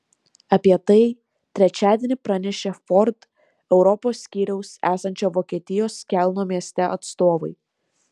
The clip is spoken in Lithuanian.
apie tai trečiadienį pranešė ford europos skyriaus esančio vokietijos kelno mieste atstovai